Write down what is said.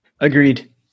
Agreed